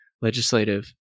legislative